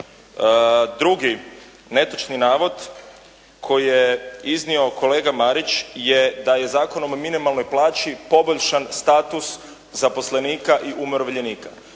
Drugi netočni navod koji je iznio kolega Marić je da je Zakonom o minimalnoj plaći poboljšan status zaposlenika i umirovljenika.